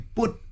put